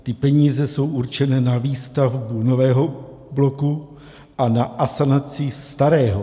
Ty peníze jsou určené na výstavbu nového bloku a na asanaci starého.